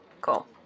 cool